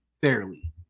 fairly